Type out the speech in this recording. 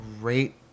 great